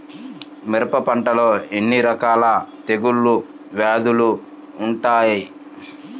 మిరప పంటలో ఎన్ని రకాల తెగులు వ్యాధులు వుంటాయి?